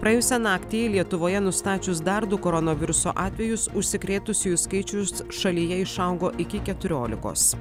praėjusią naktį lietuvoje nustačius dar du koronaviruso atvejus užsikrėtusiųjų skaičius šalyje išaugo iki keturiolikos